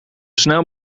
snel